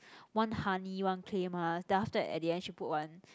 one honey one clay mask then after that at the end she put one